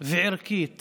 וערכית